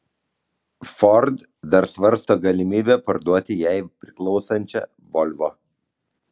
ford dar svarsto galimybę parduoti jai priklausančią volvo